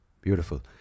beautiful